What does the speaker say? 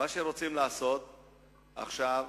מה שרוצים לעשות עכשיו,